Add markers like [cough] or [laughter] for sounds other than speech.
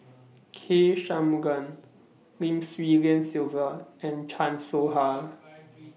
[noise] K Shanmugam Lim Swee Lian Sylvia and Chan Soh Ha